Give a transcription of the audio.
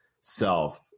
self